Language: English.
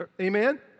amen